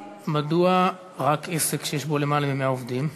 מדוע רק עסק שיש בו למעלה מ-100 עובדים?